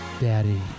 daddy